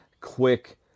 quick